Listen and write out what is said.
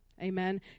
Amen